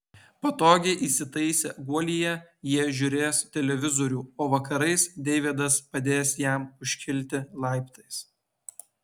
patogiai įsitaisę guolyje jie žiūrės televizorių o vakarais deividas padės jam užkilti laiptais